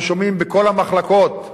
אנחנו שומעים בכל המחלקות,